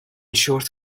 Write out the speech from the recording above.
شورت